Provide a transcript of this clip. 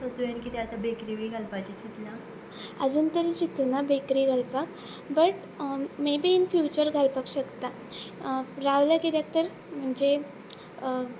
bakery घालपाची चितला आजून तरी चितूना बेकरी घालपाक बट मेबी इन फ्युचर घालपाक शकता रावल्या कित्याक तर म्हणजे